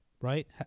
right